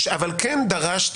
אבל כן דרשתי,